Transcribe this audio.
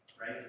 right